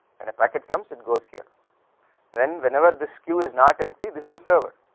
and a packet comes it goes here when whenever this queue is not empty this is a server,